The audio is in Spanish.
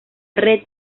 red